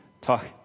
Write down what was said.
talk